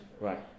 Right